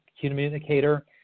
communicator